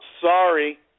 sorry